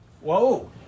Whoa